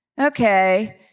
Okay